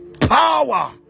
power